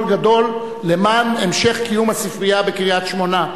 גדול למען המשך קיום הספרייה בקריית-השמונה.